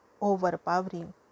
overpowering